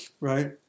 right